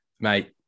Mate